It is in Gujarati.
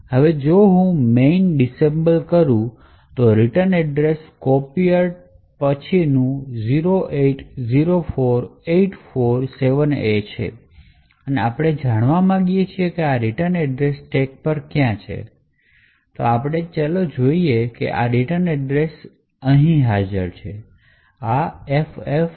હવે જો હું main ડિસએસેમ્બલ કરું તો રિટર્ન એડ્રેસકોપીઅર ટાઇમ પછીનું 0804847A છે અને આપણે જાણવા માંગીએ છીએ કે આ રિટર્ન એડ્રેસસ્ટેક પર ક્યાં છે અને આપણે જોઈએ છીએ કે આ રિટર્ન એડ્રેસઅહીં હાજર છે